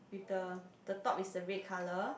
with the the top is the red color